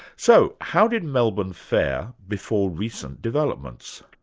so, how did melbourne fare before recent developments?